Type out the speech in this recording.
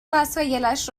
وسایلش